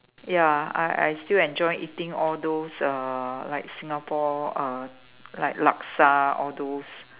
ya I I still enjoy eating all those uh like Singapore uh like Laksa all those